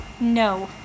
No